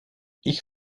ich